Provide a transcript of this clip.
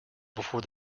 before